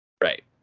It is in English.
Right